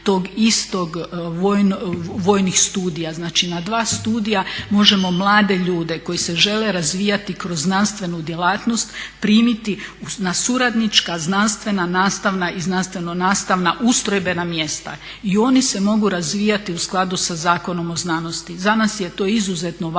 tog istog vojnih studija. Znači na dva studija možemo mlade ljude koji se žele razvijati kroz znanstvenu djelatnost na suradnička znanstvena nastavna i znanstveno-nastavna ustrojbena mjesta i oni se mogu razvijati u skladu sa Zakonom o znanosti. Za nas je to izuzetno važno